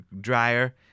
dryer